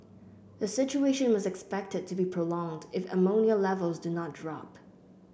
the situation was expected to be prolonged if ammonia Levels do not drop